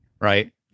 right